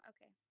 Okay